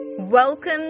Welcome